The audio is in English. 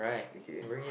okay